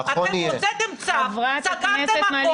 אתם הוצאתם צו, סגרתם הכול,